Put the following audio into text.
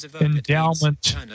endowment